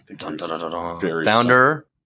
founder